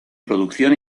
producción